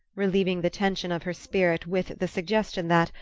relieving the tension of her spirit with the suggestion that,